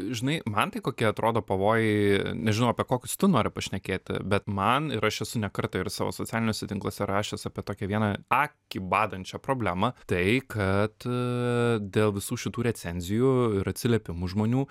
žinai man tai kokie atrodo pavojai nežinau apie kokius tu nori pašnekėti bet man ir aš esu ne kartą ir savo socialiniuose tinkluose rašęs apie tokią vieną akį badančią problemą tai kad dėl visų šitų recenzijų ir atsiliepimų žmonių